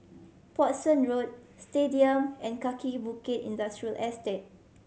Portsdown Road Stadium and Kaki Bukit Industrial Estate